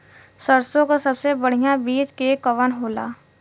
सरसों क सबसे बढ़िया बिज के कवन होला?